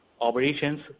operations